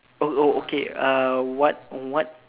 oh oh okay uh what what